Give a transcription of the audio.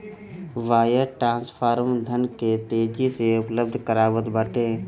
wire transfer धन के तेजी से उपलब्ध करावत बाटे